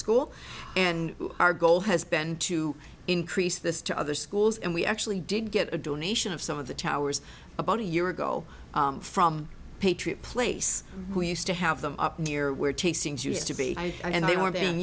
school and our goal has been to increase this to other schools and we actually did get a donation of some of the towers about a year ago from patriot place who used to have them up near where tastings used to be